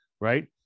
Right